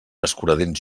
escuradents